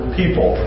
people